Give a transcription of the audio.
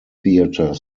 theatre